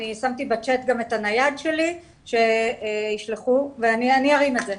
אני שמתי בצ'ט את הנייד שלי שישלחו ואני ארים את זה.